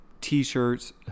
t-shirts